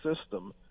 system